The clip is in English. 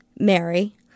Mary